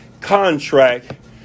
contract